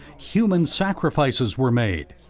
human sacrifices were made.